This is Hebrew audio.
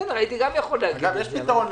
הייתי גם יכולתי לומר את זה.